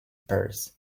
purse